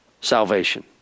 salvation